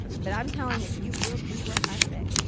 but i'm telling it you will do what i say.